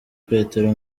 petero